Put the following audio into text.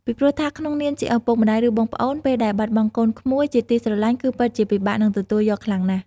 ពីព្រោះថាក្នុងនាមជាឪពុកម្តាយ ឬបងប្អូន ពេលដែលបាត់បង់កូនក្មួយ ជាទីស្រលាញ់ គឺពិតជាពិបាកនឹងទទួលយកខ្លាំងណាស់។